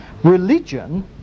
Religion